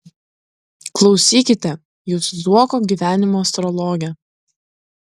klausykite jūs zuoko gyvenimo astrologe